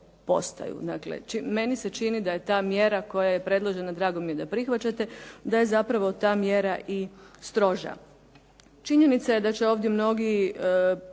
Meni se čini koja je predložena, drago mi je da prihvaćate, da je zapravo ta mjera i stroža. Činjenica je da će ovdje mnogi